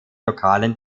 lokalen